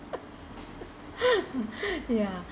ya